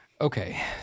Okay